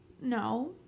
No